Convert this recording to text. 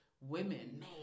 women